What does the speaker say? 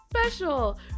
special